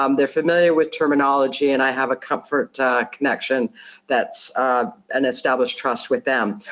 um they're familiar with terminology, and i have a comfort connection that's an established trust with them.